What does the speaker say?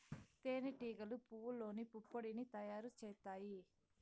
తేనె టీగలు పువ్వల్లోని పుప్పొడిని తయారు చేత్తాయి